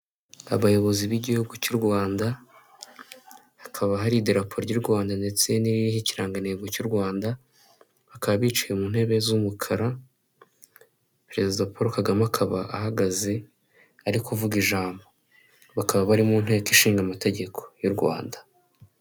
Abayobozi b'igihugu cy'u Rwanda hakaba hari idarapo ry'u Rwanda ndetse n'iririho kirangantego cy'u Rwanda, bakaba bicaye mu ntebe z'umukara perezida Paul Kagame akaba ahagaze ari kuvuga ijambo, bakaba bari mu nteko ishinga amategeko y'u Rwanda.